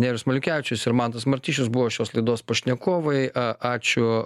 nerijus maliukevičius ir mantas martišius buvo šios laidos pašnekovai ačiū